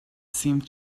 seemed